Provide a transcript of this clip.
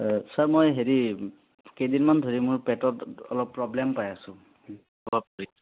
অঁ ছাৰ মই হেৰি কেইদিনমান ধৰি মোৰ পেটত অলপ প্ৰব্লেম পাই আছোঁ অলপ বিষ